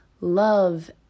love